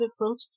approach